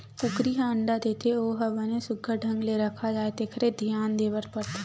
कुकरी ह अंडा देथे ओ ह बने सुग्घर ढंग ले रखा जाए तेखर धियान देबर परथे